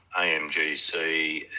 AMGC